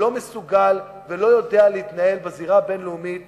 שלא מסוגל ולא יודע להתנהל בזירה הבין-לאומית